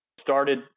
started